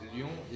Lyon